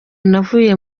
navuye